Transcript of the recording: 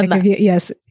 Yes